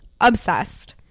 Obsessed